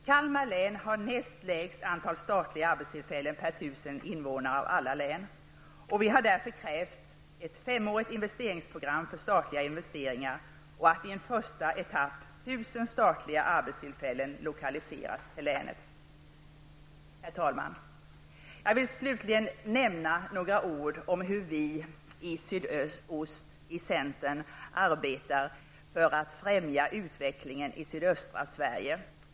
Kalmar län har näst lägst antal statliga arbetstillfällen per 1 000 invånare av alla län. Vi har därför krävt ett femårigt investeringsprogram för statliga investeringar och att i en första etapp 1 000 statliga arbetstillfällen lokaliseras till länet. Herr talman! Jag vill slutligen säga några ord om hur vi i centern i sydost arbetar för att främja utvecklingen i södöstra Sverige.